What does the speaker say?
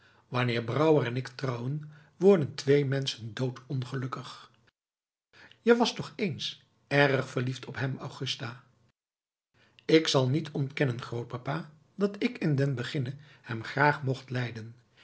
wanneer brouwer en ik trouwen worden twee menschen doodongelukkig je was toch eens erg verliefd op hem augusta k zal niet ontkennen grootpapa dat ik in den beginne hem graag mocht lijden